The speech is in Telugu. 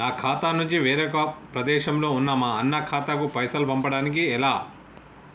నా ఖాతా నుంచి వేరొక ప్రదేశంలో ఉన్న మా అన్న ఖాతాకు పైసలు పంపడానికి ఎలా?